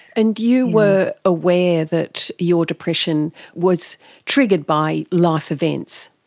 and you were aware that your depression was triggered by life events.